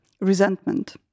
Resentment